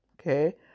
Okay